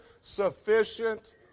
sufficient